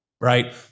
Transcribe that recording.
Right